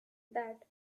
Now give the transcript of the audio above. that